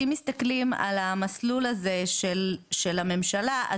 אם מסתכלים על המסלול הזה של הממשלה,